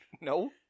No